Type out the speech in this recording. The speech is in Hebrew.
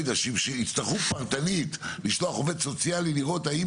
אולי יצטרכו פרטנית לשלוח עובד סוציאלי לראות האם